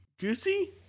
Goosey